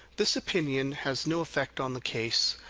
this opinion has no effect on the case,